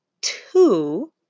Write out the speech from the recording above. two